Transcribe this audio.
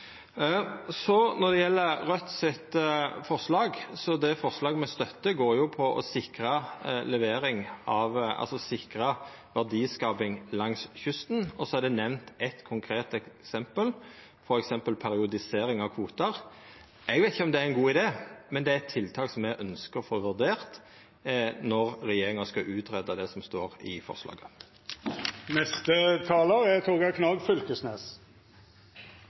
gjeld forslaget frå Raudt: Forslaget me støttar, går ut på å sikra verdiskaping langs kysten, og det er nemnt eitt konkret eksempel, f.eks. periodisering av kvotar. Eg veit ikkje om det er ein god idé, men det er eit tiltak som me ønskjer å få vurdert når regjeringa skal greia ut om det som står i forslaget. Replikkordskiftet er